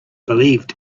believed